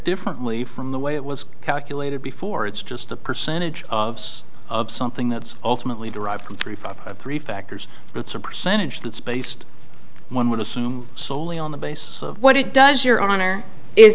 differently from the way it was calculated before it's just a percentage of something that's ultimately derived from three five three factors that's a percentage that's based one would assume soley on the basis of what it does your honor i